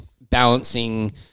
balancing